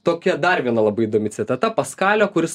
tokia darvino labai įdomi citata paskalio kuris